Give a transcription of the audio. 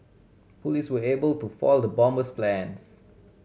police were able to foil the bomber's plans